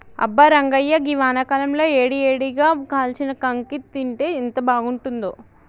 అబ్బా రంగాయ్య గీ వానాకాలంలో ఏడి ఏడిగా కాల్చిన కాంకి తింటే ఎంత బాగుంతుందో